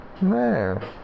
man